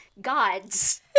gods